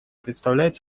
представляет